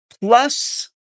plus